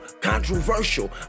controversial